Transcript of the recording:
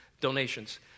donations